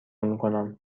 میکنم